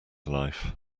life